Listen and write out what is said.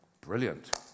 Brilliant